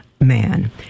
man